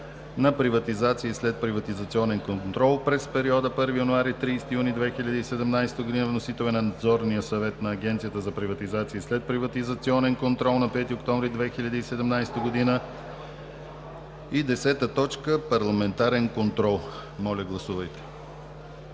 на приватизация и следприватизационен контрол през периода 1 януари - 30 юни 2017 г. (Вносител е Надзорният съвет на Агенцията за приватизация и следприватизационен контрол на 5 октомври 2017 г.) 10.Парламентарен контрол. Моля, гласувайте.